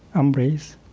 embrace,